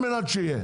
על מנת שיהיה.